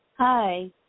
Hi